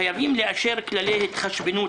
חייבים לאשר כללי התחשבנות,